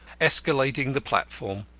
escalading the platform.